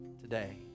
today